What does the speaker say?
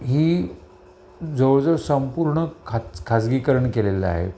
ही जवळजवळ संपूर्ण खाज खाजगीकरण केलेलं आहे